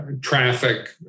traffic